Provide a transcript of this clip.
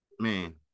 Man